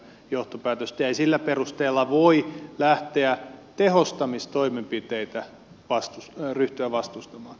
ei sillä perusteella voi tehostamistoimenpiteitä ryhtyä vastustamaan